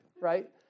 right